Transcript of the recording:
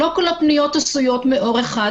לא כל הפניות עשויות מעור אחד,